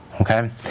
okay